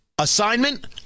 Assignment